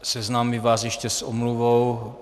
Seznámím vás ještě s omluvou.